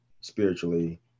spiritually